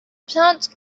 plant